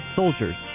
soldiers